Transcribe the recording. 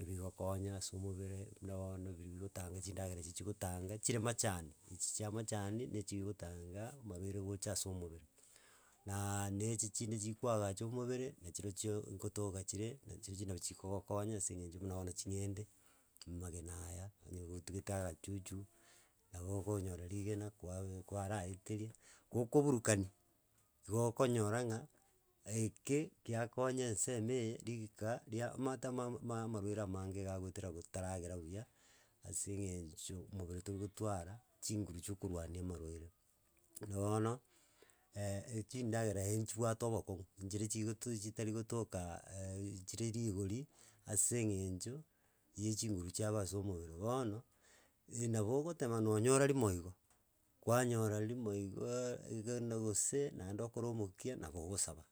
ebigokonya ase omobere buna bono biri bigotanga chindagera echi chigotanga chire machani echi chia machani, na echigotanga, amarwaire gocha ase omobere. Naaa na echi chinde chikoagacha omobere, na chirochio nkotoka chire nachirirchi nabo chikogokonya ase eng'encho buna bono ching'ende amagena aya onye gotugete agachuchu, nabo okonyora rigena kwabe kwaraeteria gokoburukania, igo okonyora ng'a eke, kiakonya ensemo eye, rigika ria amato ma ma marwaire amange iga agoetera gotaragera buya ase eng'encho mobere torigotwara chinguru chia okorwania amarwaire. Buna bono, echidagera enchibwate obokong'u nchire chigotu chitari gotoka chire rigori ase eng'encho ya chinguru chiabo ase omobere. Bono, nabo ogotema nonyora rimo igo, kwanyora rimo igoo iga na gose naende okore omokia nabo ogosaba